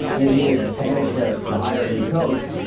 in his panic to to hire a new coach,